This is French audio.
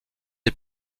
est